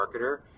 marketer